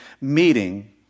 meeting